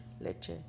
Leche